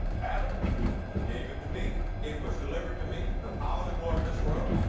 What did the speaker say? adam gave it to me. it was delivered to me, the power of the glory of this world.